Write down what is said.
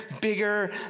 bigger